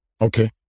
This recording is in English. Okay